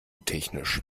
technisch